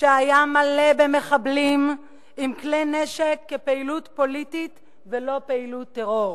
שהיה מלא במחבלים עם כלי נשק כפעילות פוליטית ולא פעילות טרור?